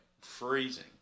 freezing